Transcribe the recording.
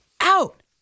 out